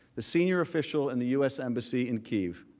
the senior official in the u s. embassy and keith.